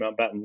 Mountbatten